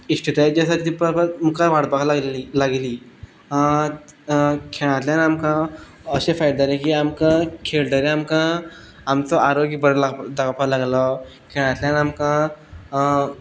इश्टताय जी आसा ती परत परत मुखार वाडपाक लागली लागली खेळांतल्यान आमकां अशें फायदो जालो की आमकां खेळटना आमकां आमचो आरोग्य बरें जावपा लागलो खेळांतल्यान आमकां